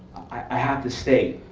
i have to stay,